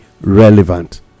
relevant